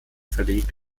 verlegt